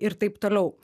ir taip toliau